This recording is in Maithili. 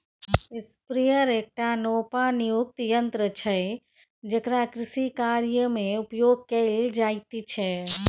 स्प्रेयर एकटा नोपानियुक्त यन्त्र छै जेकरा कृषिकार्यमे उपयोग कैल जाइत छै